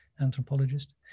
anthropologist